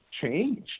changed